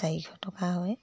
চাৰিশ টকা হয়